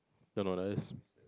no no that's